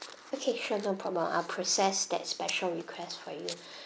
okay sure no problem I'll process that special request for you